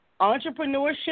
Entrepreneurship